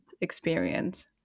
experience